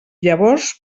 llavors